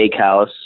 steakhouse